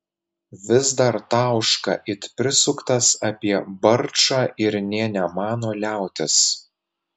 vis dar tauška it prisuktas apie barčą ir nė nemano liautis